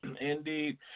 Indeed